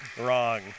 wrong